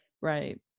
Right